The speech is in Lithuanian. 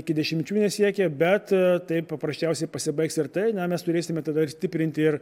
iki dešimčių nesiekia bet tai paprasčiausiai pasibaigs ir tai na mes turėsime tada stiprinti ir